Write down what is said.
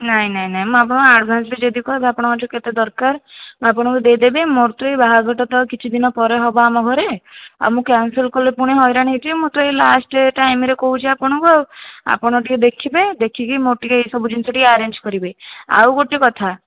ନାହିଁ ନାହିଁ ନାହିଁ ମୁଁ ଆପଣଙ୍କୁ ଆଡ଼ଭାନ୍ସ ଯଦି କହିବେ ଆପଣଙ୍କ କେତେ ଦରକାର ମୁଁ ଆପଣଙ୍କୁ ଦେଇ ଦେବି ମୋର ତ ଏହି ବାହାଘରଟା ତ କିଛିଦିନ ପରେ ହେବ ଆମ ଘରେ ଆଉ ମୁଁ କ୍ୟାନସଲ୍ କଲେ ପୁଣି ହଇରାଣ ହୋଇଯିବି ମୁଁ ତ ଏହି ଲାଷ୍ଟ ଟାଇମ୍ରେ କହୁଛି ଆପଣଙ୍କୁ ଆଉ ଆପଣ ଟିକିଏ ଦେଖିବେ ଦେଖିକି ମୋର ଟିକିଏ ସବୁ ଜିନିଷ ଟିକିଏ ଆରେଞ୍ଜ କରିବେ ଆଉ ଗୋଟେ କଥା